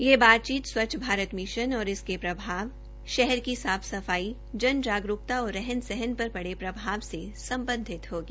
यह बातचीत स्वचंछ भारत मिशन और इसके प्रभाव शहर की साफ सफाई जन जागरूकता और रहन सहन पर पड़े प्रभाव से सम्बधित होगी